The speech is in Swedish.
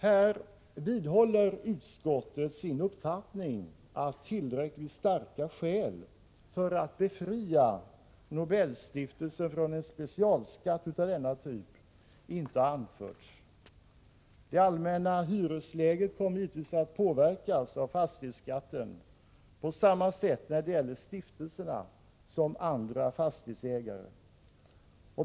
Här vidhåller utskottet sin uppfattning att tillräckligt starka skäl för att befria Nobelstiftelsen från en specialskatt av denna typ inte anförts. Det allmänna hyresläget kommer givetvis att påverkas av fastighetsskatten på samma sätt när det gäller stiftelserna som när det gäller andra fastighetsägare.